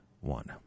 one